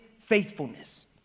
faithfulness